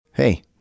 Hey